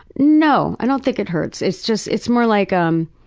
no. i don't think it hurts. it's just, it's more like um